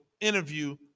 interview